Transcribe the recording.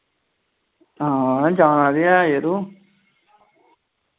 हां जाना ते ऐ यरो